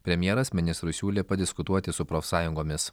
premjeras ministrui siūlė padiskutuoti su profsąjungomis